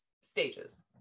stages